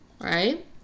Right